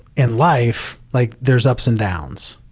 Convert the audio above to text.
in life, like there's ups and downs.